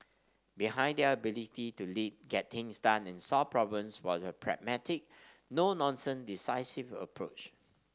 behind their ability to lead get things done and solve problems was a pragmatic no nonsense decisive approach